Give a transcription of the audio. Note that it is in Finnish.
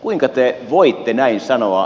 kuinka te voitte näin sanoa